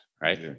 Right